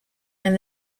and